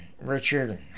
richard